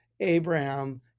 Abraham